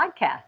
podcast